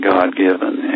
God-given